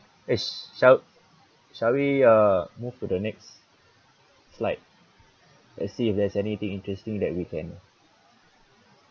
eh sha~ shall we uh move to the next slide let's see if there's anything interesting that we can